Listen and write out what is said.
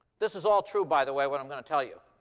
this is all true, by the way, what i'm going to tell you.